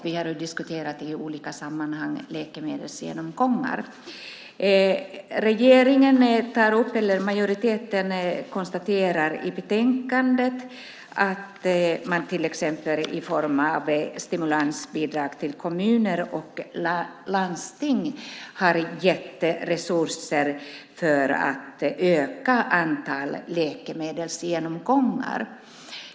Vi har diskuterat läkemedelsgenomgångar i olika sammanhang. Majoriteten konstaterar i betänkandet att man till exempel i form av stimulansbidrag till kommuner och landsting har gett resurser för att öka antalet läkemedelsgenomgångar.